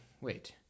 Wait